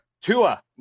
Tua